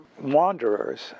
wanderers